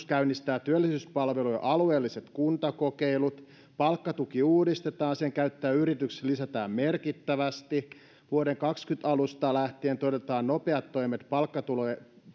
käynnistää työllisyyspalvelujen alueelliset kuntakokeilut palkkatuki uudistetaan sen käyttöä yrityksissä lisätään merkittävästi vuoden kaksikymmentä alusta lähtien todetaan nopeat toimet palkkatuen